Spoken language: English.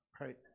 right